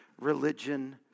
religion